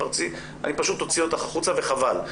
אני פשוט אוציא אותך החוצה וחבל.